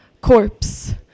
corpse